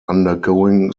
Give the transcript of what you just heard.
undergoing